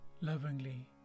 Lovingly